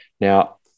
Now